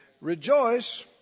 Rejoice